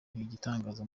igitangaza